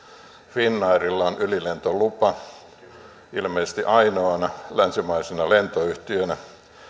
finnairilla on ylilentolupa ilmeisesti ainoana länsimaisena lentoyhtiönä